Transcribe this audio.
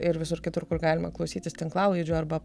ir visur kitur kur galima klausytis tinklalaidžių arba